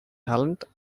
talent